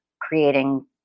creating